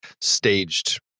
staged